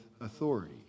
authority